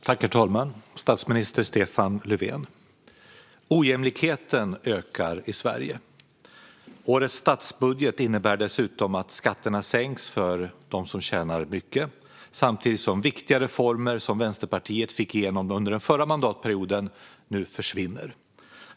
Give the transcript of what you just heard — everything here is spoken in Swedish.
Herr talman och statsminister Stefan Löfven! Ojämlikheten ökar i Sverige. Årets statsbudget innebär dessutom att skatterna sänks för dem som tjänar mycket, samtidigt som viktiga reformer som Vänsterpartiet fick igenom under den förra mandatperioden nu försvinner.